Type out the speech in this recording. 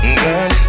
girl